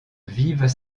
vivent